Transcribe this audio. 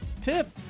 tip